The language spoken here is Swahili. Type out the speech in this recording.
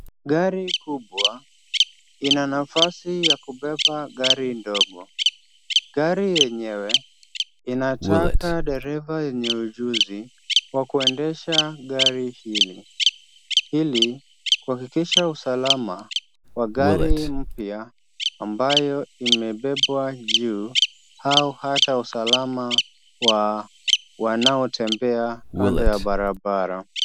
Gari kubwa ina nafasi ya kubeba gari ndogo. Gari yenyewe inataka dereva mwenye ujuzi wa kuendesha gari hili ili kuhakikisha usalama wa gari mpya ambayo imebebwa juu au hata usalama wa wanaotembea kando ya barabara.